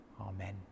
Amen